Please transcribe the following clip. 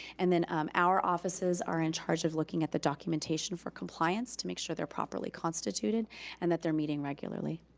and then um our offices are in charge of looking at the documentation for compliance to make sure that they're properly constituted and that they're meeting regularly.